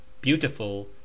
Beautiful